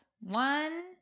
One